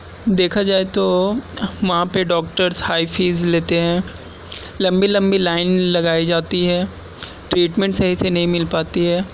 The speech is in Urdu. دیکھا جائے تو وہاں پہ ڈاکٹرس ہائی فیس لیتے ہیں لمبی لمبی لائن لگائی جاتی ہے ٹریٹمنٹ صحیح سے نہیں مل پاتی ہے